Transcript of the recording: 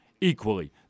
equally